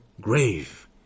grave